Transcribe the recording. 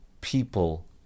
people